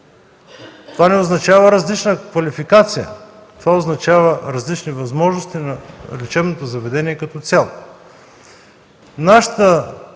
Това не означава различна квалификация, това означава различни възможности на лечебното заведение като цяло.